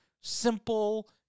simple